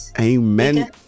amen